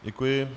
Děkuji.